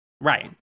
Right